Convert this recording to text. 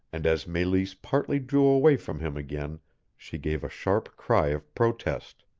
and as meleese partly drew away from him again she gave a sharp cry of protest.